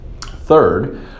Third